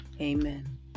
Amen